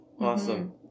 awesome